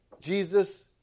Jesus